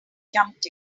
jumped